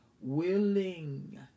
willing